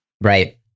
Right